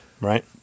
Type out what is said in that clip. Right